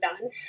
done